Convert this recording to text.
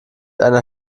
einer